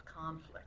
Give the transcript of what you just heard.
conflict